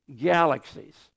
galaxies